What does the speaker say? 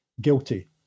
Guilty